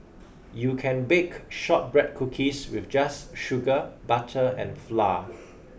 you can bake shortbread cookies with just sugar butter and flour